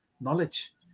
knowledge